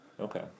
Okay